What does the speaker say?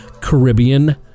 Caribbean